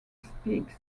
speaks